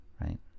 right